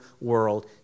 world